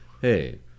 hey